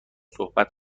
صحبت